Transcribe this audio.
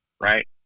Right